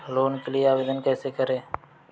Loan के लिए आवेदन कैसे करें?